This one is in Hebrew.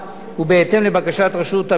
ובהתאם לבקשת רשות המסים,